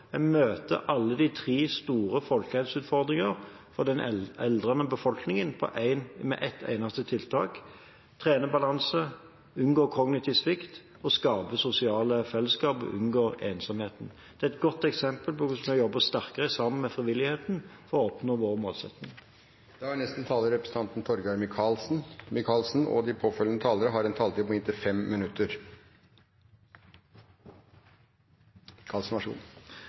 møter altså alle de tre store folkehelseutfordringene for den aldrende befolkningen med et eneste tiltak. En trener balanse, unngår kognitiv svikt og skaper sosiale fellesskap og unngår ensomheten. Det er et godt eksempel på hvordan vi jobber sterkere sammen med frivilligheten for å oppnå våre målsettinger. Helse i alt vi gjør, bør være stikkordet for oss, og det er det langt på vei også når jeg hører debatten så